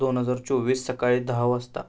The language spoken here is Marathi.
दोन हजार चोवीस सकाळी दहा वाजता